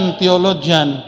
theologian